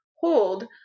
hold